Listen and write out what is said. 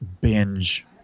binge